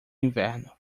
inverno